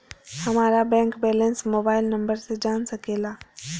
हमारा bank balance mobile number से जान सके ला?